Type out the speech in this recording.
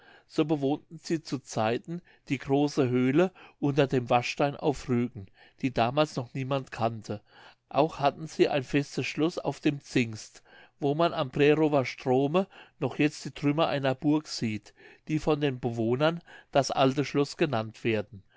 so bewohnten sie zu zeiten die große höhle unter dem waschstein auf rügen die damals noch niemand kannte auch hatten sie ein festes schloß auf dem zingst wo man am prerower strome noch jetzt die trümmer einer burg sieht die von den bewohnern das alte schloß genannt werden